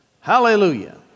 Hallelujah